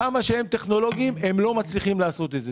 כמה הם טכנולוגיים, הם לא מצליחים לעשות את זה.